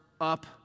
up